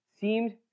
seemed